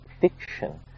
fiction